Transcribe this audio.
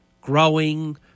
growing